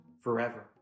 forever